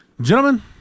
Gentlemen